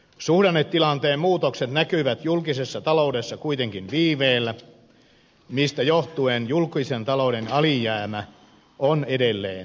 suhdannetilanteen muutokset näkyvät julkisessa taloudessa kuitenkin viiveellä mistä johtuen julkisen talouden alijäämä on edelleen suuri